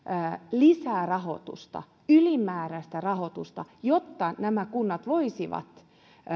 lisää rahoitusta ylimääräistä rahoitusta jotta nämä kunnat voisivat